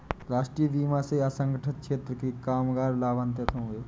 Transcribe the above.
राष्ट्रीय बीमा से असंगठित क्षेत्र के कामगार लाभान्वित होंगे